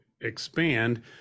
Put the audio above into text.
expand